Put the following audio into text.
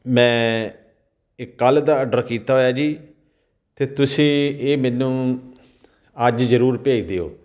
ਮੈਂ ਇਹ ਕੱਲ੍ਹ ਦਾ ਆਡਰ ਕੀਤਾ ਹੋਇਆ ਜੀ ਅਤੇ ਤੁਸੀਂ ਇਹ ਮੈਨੂੰ ਅੱਜ ਜ਼ਰੂਰ ਭੇਜ ਦਿਓ